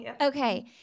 Okay